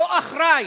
לא אחראי.